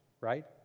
right